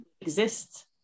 exist